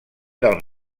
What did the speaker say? del